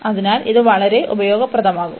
അതിനാൽ ഇത് വളരെ ഉപയോഗപ്രദമാകും